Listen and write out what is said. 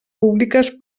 públiques